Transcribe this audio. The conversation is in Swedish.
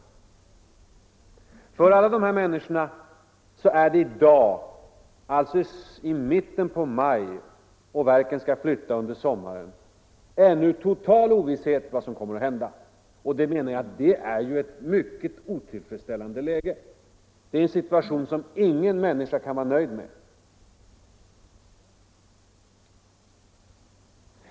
För alla dessa människor råder det i dag — i mitten på maj och när vi vet att verken skall flytta under sommaren — total ovisshet om vad som kommer att hända. Det menar jag är ett mycket otillfredsställande läge. Det är en situation som ingen människa kan vara nöjd med.